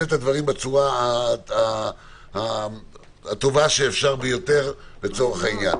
את הדברים בצורה הטובה ביותר האפשרית.